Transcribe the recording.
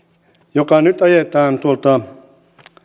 joka nyt ajetaan tuolta